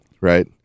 right